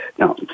Now